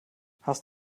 hast